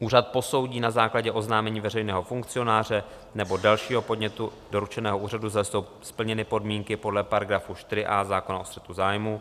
Úřad posoudí na základě oznámení veřejného funkcionáře nebo dalšího podnětu doručeného úřadu, zda jsou splněny podmínky podle § 4a zákona o střetu zájmů.